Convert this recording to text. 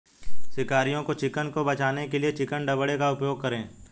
शिकारियों से चिकन को बचाने के लिए चिकन दड़बे का उपयोग करें